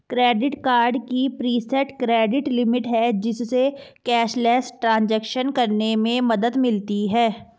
credit card की preset credit limit है, जिससे कैशलेस ट्रांज़ैक्शन करने में मदद मिलती है